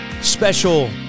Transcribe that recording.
special